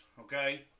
okay